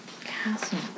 castle